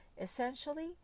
essentially